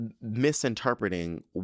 misinterpreting